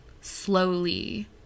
slowly